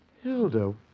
Hilda